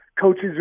Coaches